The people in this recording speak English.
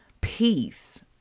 peace